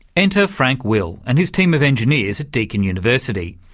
enter frank will and his team of engineers at deakin university.